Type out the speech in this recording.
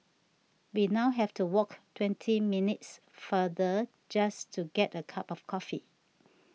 we now have to walk twenty minutes farther just to get a cup of coffee